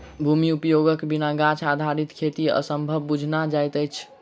भूमि उपयोगक बिना गाछ आधारित खेती असंभव बुझना जाइत अछि